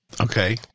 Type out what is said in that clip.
Okay